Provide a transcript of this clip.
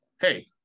hey